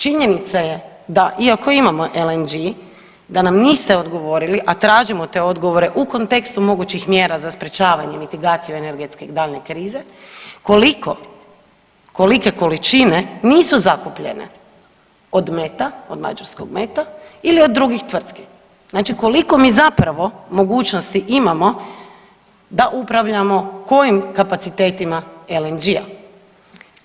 Činjenica je da iako imamo LNG da nam niste odgovorili, a tražimo te odgovore u kontekstu mogućih mjera za sprječavanje i … [[Govornik se ne razumije]] energetske daljnje krize koliko, kolike količine nisu zakupljene od MET-a, od mađarskog MET-a ili od drugih tvrtki, znači koliko mi zapravo mogućnosti imamo da upravljamo kojim kapacitetima LNG-a.